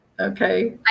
okay